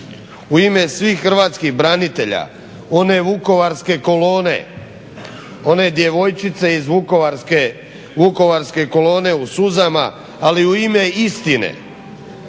u ime svih hrvatskih branitelja, one vukovarske kolone, one djevojčice iz vukovarske kolone u suzama, ali i u ime istine,